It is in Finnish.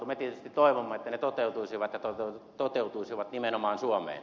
me tietysti toivomme että ne toteutuisivat ja toteutuisivat nimenomaan suomeen